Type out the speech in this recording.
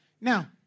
Now